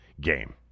game